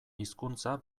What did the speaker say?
hizkuntza